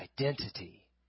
identity